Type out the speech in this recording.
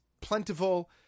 plentiful